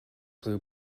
blue